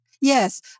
Yes